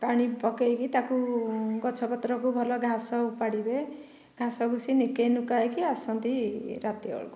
ପାଣି ପକାଇକି ତାକୁ ଗଛ ପତ୍ରକୁ ଭଲ ଘାସ ଉପାଡ଼ିବେ ଘାସ ଘୁସି ନିକେୟୀ ନୁକାଇକି ଆସନ୍ତି ରାତି ବେଳକୁ